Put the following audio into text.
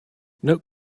note